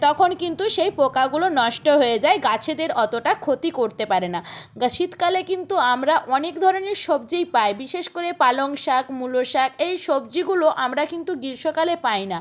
তখন কিন্তু সেই পোকাগুলো নষ্ট হয়ে যায় গাছেদের অতটা ক্ষতি করতে পারে না গা শীতকালে কিন্তু আমরা অনেক ধরনের সবজিই পাই বিশেষ করে পালং শাক মুলো শাক এই সবজিগুলো আমরা কিন্তু গ্রীষ্মকালে পাই না